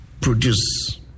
produce